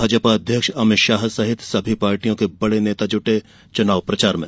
भाजपा अध्यक्ष अमित शाह सहित सभी पार्टियों के बड़े नेता जुटें चुनाव प्रचार में